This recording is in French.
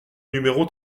numéro